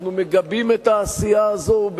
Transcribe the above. אנחנו מגבים את העשייה הזאת,